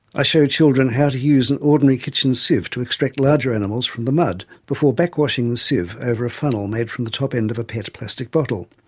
i show them how to use an ordinary kitchen sieve to extract larger animals from the mud, before back-washing the sieve over a funnel made from the top end of a pet plastic bottle.